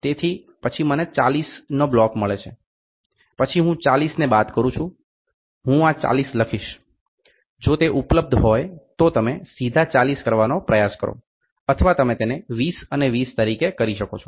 તેથી પછી મને 40નો બ્લોક મળે છે પછી હું 40ને બાદ કરું છું હું આ 40 લખી શકીશ જો તે ઉપલબ્ધ હોય તો તમે સીધા 40 કરવાનો પ્રયાસ કરો અથવા તમે તેને 20 અને 20 તરીકે કરી શકો છો